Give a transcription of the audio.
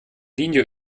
linie